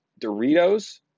Doritos